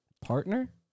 partner